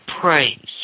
praise